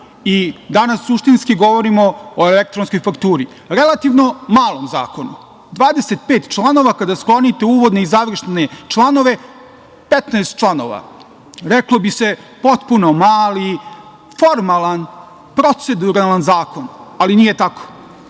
danas suštinski govorimo o elektronskoj fakturu. Relativno malom zakonu, 25 članova. Kada sklonite uvodne i završne članove, 15 članova. Reklo bi se potpuno mali, formalan proceduralan zakon, ali nije tako. Ovo